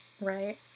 Right